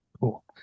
Cool